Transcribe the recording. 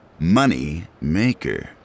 Moneymaker